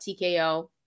TKO